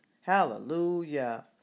hallelujah